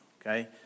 okay